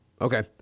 Okay